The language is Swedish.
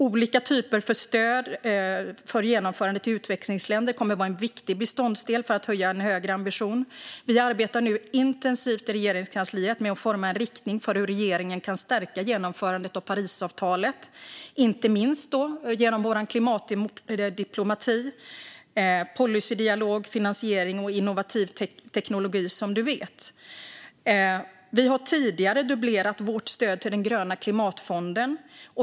Olika typer av stöd till genomförandet i utvecklingsländer kommer att vara en viktig beståndsdel för en högre ambition. Vi arbetar nu intensivt i Regeringskansliet med att forma en riktning för hur regeringen kan stärka genomförandet av Parisavtalet, inte minst genom klimatdiplomati, policydialog, finansiering och innovativ teknologi, som du vet. Vi har tidigare dubblerat vårt stöd till den gröna klimatfonden.